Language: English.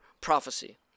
prophecy